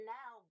now